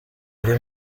ari